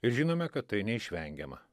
ir žinome kad tai neišvengiama